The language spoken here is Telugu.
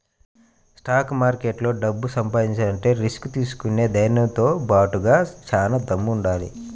స్టాక్ మార్కెట్లో డబ్బు సంపాదించాలంటే రిస్క్ తీసుకునే ధైర్నంతో బాటుగా చానా దమ్ముండాలి